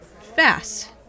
fast